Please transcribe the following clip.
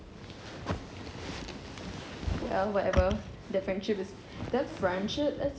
ya whatever the friendship is the friendship is